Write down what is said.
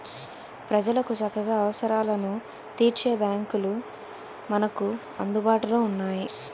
ప్రజలకు చక్కగా అవసరాలను తీర్చే బాంకులు మనకు అందుబాటులో ఉన్నాయి